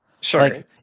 Sure